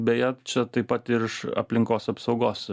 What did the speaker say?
beje čia taip pat ir iš aplinkos apsaugos